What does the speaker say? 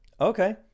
Okay